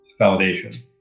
validation